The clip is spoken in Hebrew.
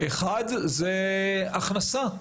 1. הכנסה,